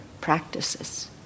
practices